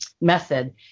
method